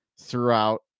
throughout